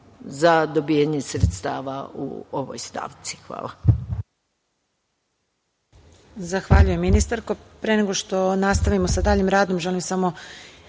za dobijanje sredstava u ovoj stavci. Hvala.